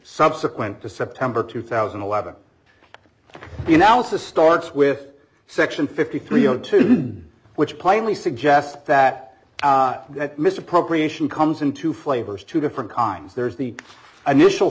subsequent to september two thousand and eleven the analysis starts with section fifty three o two which plainly suggests that misappropriation comes into flavors two different times there's the initial